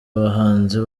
abahanzi